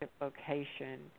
location